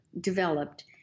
developed